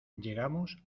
llegamos